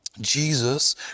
Jesus